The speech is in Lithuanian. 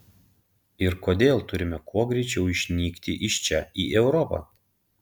ir kodėl turime kuo greičiau išnykti iš čia į europą